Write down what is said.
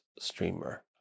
streamer